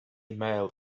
mailed